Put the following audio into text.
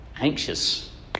anxious